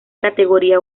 categoría